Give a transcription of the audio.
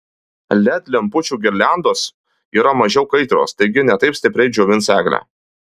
led lempučių girliandos yra mažiau kaitrios taigi ne taip stipriai džiovins eglę